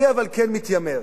אני אבל כן מתיימר,